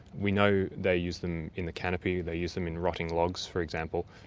we know they used them in the canopy, they used them in rotting logs, for example.